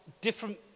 different